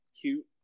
Cute